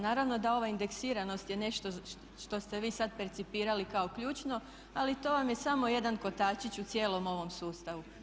Naravno da ova indeksiranost je nešto što ste vi sad percipirali kao ključno, ali to vam je samo jedan kotačić u cijelom ovom sustavu.